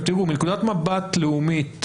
מנקודת מבט לאומית,